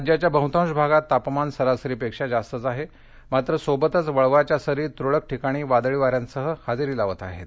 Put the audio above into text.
राज्याच्या बहुताध्वभागात तापमान सरासरीपेक्षा जास्तच आहे मात्र सोबतच वळवाच्या सरी तुरळक ठिकाणी वादळी वाऱ्यास्क्र हजेरी लावताहेत